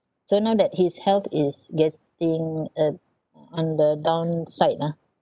so now that his health is getting uh on the downside ah